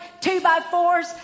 two-by-fours